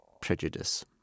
prejudice